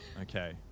Okay